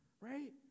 Right